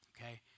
Okay